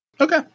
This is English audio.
Okay